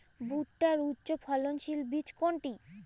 ভূট্টার উচ্চফলনশীল বীজ কোনটি?